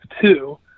Two